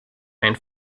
ein